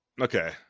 Okay